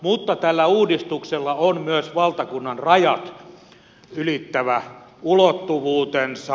mutta tällä uudistuksella on myös valtakunnan rajat ylittävä ulottuvuutensa